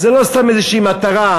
וזו לא סתם איזושהי מטרה.